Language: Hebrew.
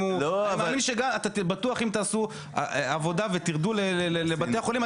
אם הוא אני בטוח שאם תעשו עבודה ותרדו לבתי החולים,